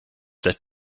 that